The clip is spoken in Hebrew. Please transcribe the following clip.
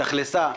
התאכלסה,